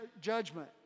judgment